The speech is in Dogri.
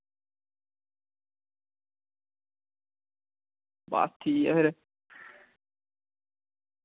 बस ठीक ऐ फिर